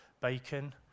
bacon